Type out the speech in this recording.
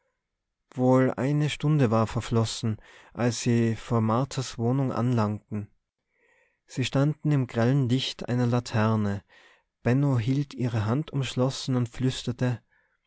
wohl eine stunde war verflossen als sie vor marthas wohnung anlangten sie standen im grellen licht einer laterne benno hielt ihre hand umschlossen und flüsterte